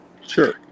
Sure